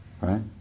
right